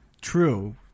True